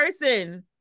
person